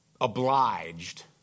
obliged